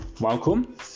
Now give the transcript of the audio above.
Welcome